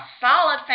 solid